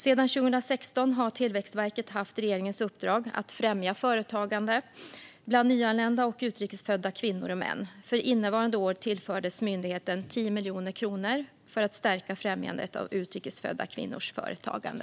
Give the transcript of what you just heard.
Sedan 2016 har Tillväxtverket haft regeringens uppdrag att främja företagande bland nyanlända och utrikes födda kvinnor och män. För innevarande år tillfördes myndigheten 10 miljoner kronor för att stärka främjandet av utrikes födda kvinnors företagande.